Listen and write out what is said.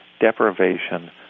deprivation